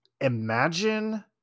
imagine